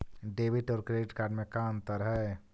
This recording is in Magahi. डेबिट और क्रेडिट कार्ड में का अंतर है?